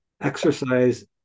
Exercise